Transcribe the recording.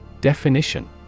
Definition